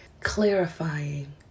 clarifying